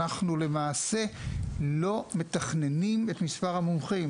אנחנו למעשה לא מתכננים את מספר המומחים.